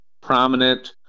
prominent